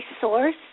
source